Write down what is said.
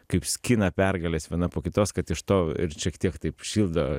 kaip skina pergales viena po kitos kad iš to ir šiek tiek taip šildo